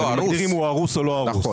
אני מגדיר האם הוא הרוס או לא הרוס.